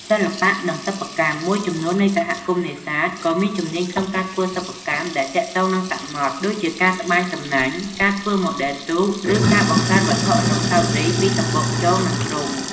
សិល្បៈ និងសិប្បកម្ម មួយចំនួននៃសហគមន៍នេសាទក៏មានជំនាញក្នុងការធ្វើសិប្បកម្មដែលទាក់ទងនឹងសមុទ្រ ដូចជាការត្បាញសំណាញ់ ការធ្វើម៉ូដែលទូក ឬការបង្កើតវត្ថុអនុស្សាវរីយ៍ពីសម្បកខ្យង និងគ្រំ។